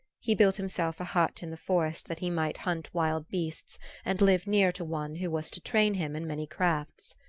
he built himself a hut in the forest that he might hunt wild beasts and live near to one who was to train him in many crafts.